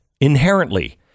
inherently